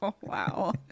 wow